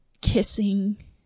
kissing